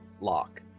lock